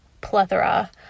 plethora